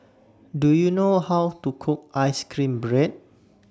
Do YOU know How to Cook Ice Cream Bread